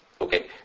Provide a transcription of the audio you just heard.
Okay